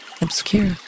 Obscure